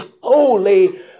holy